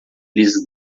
lhes